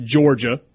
Georgia